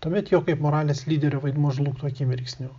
tuomet jo kaip moralės lyderio vaidmuo žlugtų akimirksniu